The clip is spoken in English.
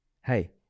Hey